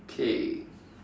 K